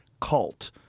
cult